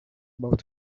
about